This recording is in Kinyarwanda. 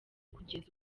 kugeza